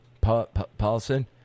Paulson